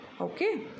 Okay